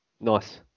Nice